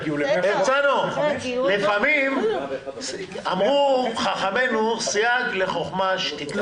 הרצנו, אמרו חכמינו סייג לחוכמה שתיקה.